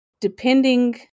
depending